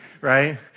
right